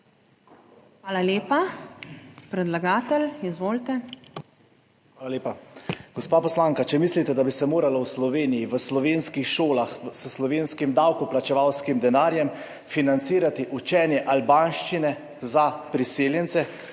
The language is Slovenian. Hvala lepa. Predlagatelj, izvolite. ALEKSANDER REBERŠEK (PS NSi): Hvala lepa. Gospa poslanka, če mislite, da bi se moralo v Sloveniji, v slovenskih šolah s slovenskim davkoplačevalskim denarjem financirati učenje albanščine za priseljence,